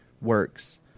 works